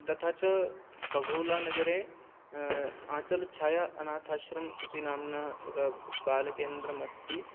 तथा च बघोलानगरे आचलछाया अनाथाश्रम इति नाम्ना एकं बालकेन्द्रम् अस्ति